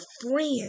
friend